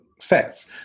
sets